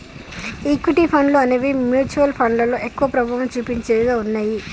equity ఫండ్లు అనేవి mutual ఫండ్లలో ఎక్కువ ప్రభావం చుపించేవిగా ఉన్నయ్యి